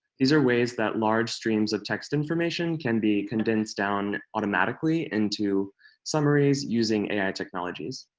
these are ways that large streams of text information can be condensed down automatically into summaries using ai technologies.